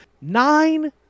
Nine